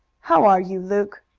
how are you, luke?